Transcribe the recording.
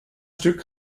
stück